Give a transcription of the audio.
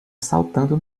saltando